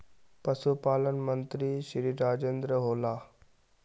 पशुपालन मंत्री श्री राजेन्द्र होला?